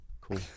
Cool